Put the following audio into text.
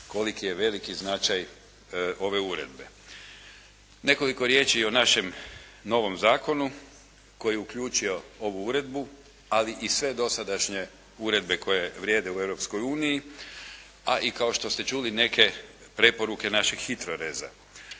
koliki je veliki značaj ove uredbe. Nekoliko riječi o našem novom zakonu koji je uključio ovu uredbu, ali i sve dosadašnje uredbe koje vrijede u Europskoj uniji, a i kao što ste čuli neke preporuke našeg HITRO.rez-a